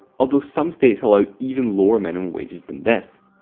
although some states allow even lower minimum wages than this,